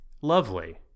lovely